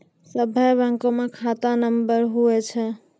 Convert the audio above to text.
सभे बैंकमे खाता नम्बर हुवै छै